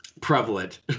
prevalent